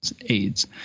AIDS